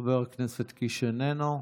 חבר הכנסת קיש, איננו.